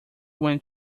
went